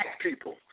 people